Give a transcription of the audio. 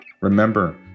Remember